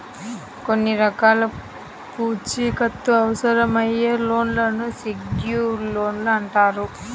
కొన్ని రకాల పూచీకత్తు అవసరమయ్యే లోన్లను సెక్యూర్డ్ లోన్లు అంటారు